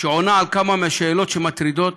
שעונה על כמה מהשאלות שמטרידות